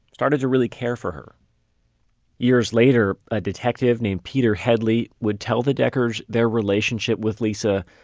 started to really care for her years later, a detective named peter headley would tell the deckers their relationship with lisa,